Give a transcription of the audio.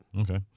Okay